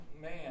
man